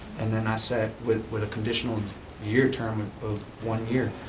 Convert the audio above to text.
and then i sat with with a conditional year term and of one year.